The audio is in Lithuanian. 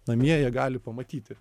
namie jie gali pamatyti